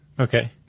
Okay